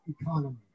economy